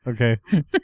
Okay